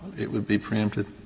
it would be preempted?